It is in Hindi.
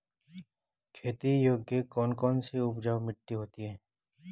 खेती योग्य कौन कौन सी उपजाऊ मिट्टी होती है?